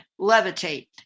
levitate